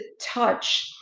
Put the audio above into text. touch